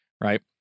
Right